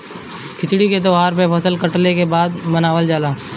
खिचड़ी के तौहार फसल कटले के बाद मनावल जाला